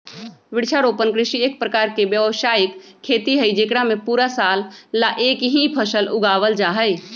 वृक्षारोपण कृषि एक प्रकार के व्यावसायिक खेती हई जेकरा में पूरा साल ला एक ही फसल उगावल जाहई